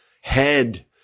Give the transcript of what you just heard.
head